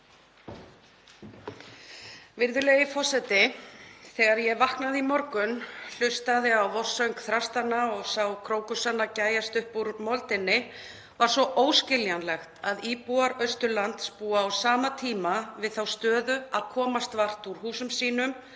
Virðulegi forseti. Þegar ég vaknaði í morgun, hlustaði á vorsöng þrastanna og sá krókusana gægjast upp úr moldinni, var svo óskiljanlegt að íbúar Austurlands búi á sama tíma við þá stöðu að komast vart úr húsum sínum